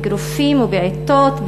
אגרופים ובעיטות,